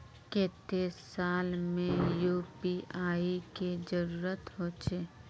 केते साल में यु.पी.आई के जरुरत होचे?